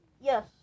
Yes